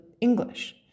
English